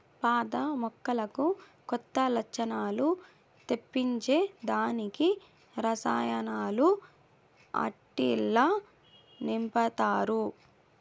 పాత మొక్కలకు కొత్త లచ్చణాలు తెప్పించే దానికి రసాయనాలు ఆట్టిల్ల నింపతారు